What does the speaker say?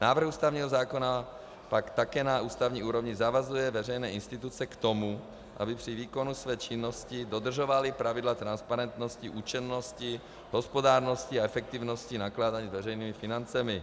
Návrh ústavního zákona pak také na ústavní úrovni zavazuje veřejné instituce k tomu, aby při výkonu své činnosti dodržovaly pravidla transparentnosti, účinnosti, hospodárnosti a efektivnosti nakládání s veřejnými financemi.